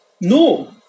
No